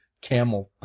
Camel